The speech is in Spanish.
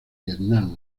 vietnam